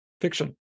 fiction